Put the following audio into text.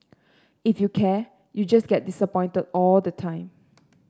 if you care you just get disappointed all the time